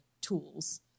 tools